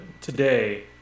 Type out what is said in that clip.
today